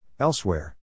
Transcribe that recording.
Elsewhere